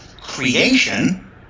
creation